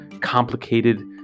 complicated